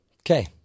okay